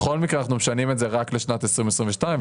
בכל מקרה אנחנו משנים את זה רק לשנת 2022 ולכן